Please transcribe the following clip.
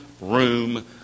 room